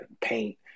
paint